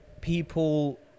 people